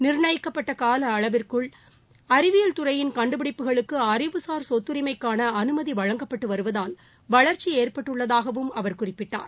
நிர்ணயிக்கப்பட்ட கால அளவிற்குள் அறிவியல் துறையின் கண்டுபிடிப்புகளுக்கு அறிவுசார் சொத்துரிமைக்கான அனுமதி வழங்கப்பட்டு வருவதால் வளர்ச்சி ஏற்பட்டுள்ளதாக அவர் குறிப்பிட்டார்